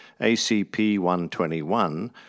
ACP-121